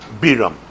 Biram